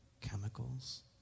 chemicals